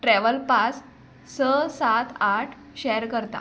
travel pass स सात आठ शॅर करतां